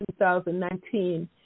2019